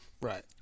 Right